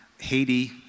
Haiti